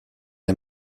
est